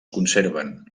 conserven